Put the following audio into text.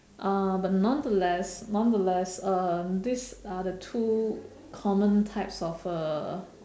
uh but nonetheless nonetheless uh these are the two common types of uh